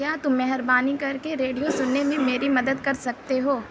کیا تم مہربانی کر کے ریڈیو سننے میں میری مدد کر سکتے ہو